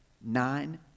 nine